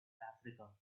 africa